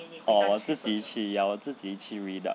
oh 我自己去 ya 我自己去 read up